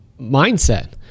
mindset